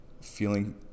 Feeling